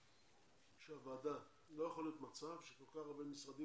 לא יכול להיות מצב שכל כך הרבה משרדים